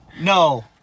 No